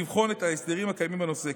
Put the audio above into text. לבחון את ההסדרים הקיימים בנושא.